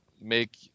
make –